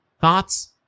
Thoughts